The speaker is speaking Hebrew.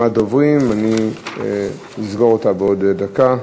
דוברים, אני אסגור אותה בעוד דקה.